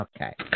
Okay